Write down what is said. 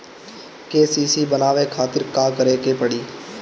KCC बनवावे खातिर का करे के पड़ी?